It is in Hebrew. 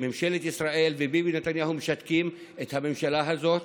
שממשלת ישראל וביבי נתניהו משתקים את הממשלה הזאת.